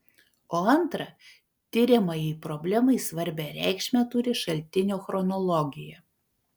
o antra tiriamajai problemai svarbią reikšmę turi šaltinio chronologija